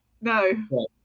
no